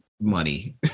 money